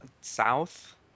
South